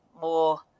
more